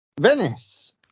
venice